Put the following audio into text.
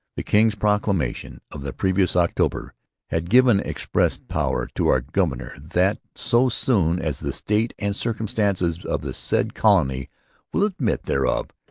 the king's proclamation of the previous october had given express power to our governor that, so soon as the state and circumstances of the said colony will admit thereof,